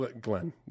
Glenn